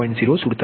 તેથી આ 0